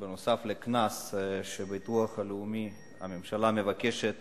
נוסף על קנס, שהביטוח הלאומי, הממשלה מבקשת